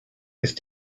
ist